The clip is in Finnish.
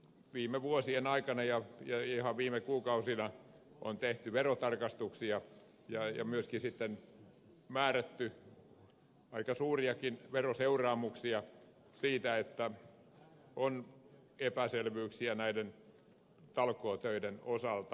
viime vuosien aikana ja ihan viime kuukausina on tehty verotarkastuksia ja myöskin määrätty aika suuriakin veroseuraamuksia siitä että on epäselvyyksiä näiden talkootöiden osalta